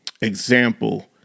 example